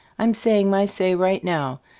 i'm saying my say right now.